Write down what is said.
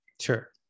Sure